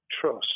trust